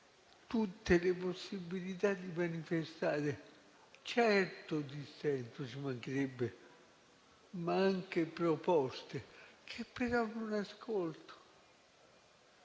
tutte le possibilità di manifestare certamente dissenso - ci mancherebbe - ma anche proposte che però non ascolto.